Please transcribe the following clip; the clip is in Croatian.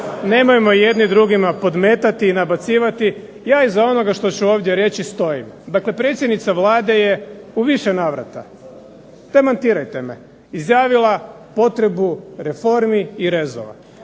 nemojmo jedni drugima podmetati i nabacivati. Ja iz onoga što ću ovdje reći stojim. Dakle, predsjednica Vlade je u više navrata, demantirajte me, izjavila potrebu reformi i rezova.